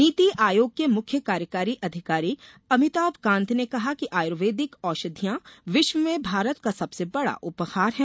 नीति आयोग के मुख्य कार्यकारी अधिकारी अभिताभ कांत ने कहा कि आयुर्वेदिक औषधियां विश्व में भारत का सबसे बडा उपहार है